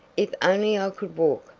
if only i could walk!